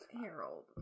Harold